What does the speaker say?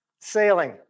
sailing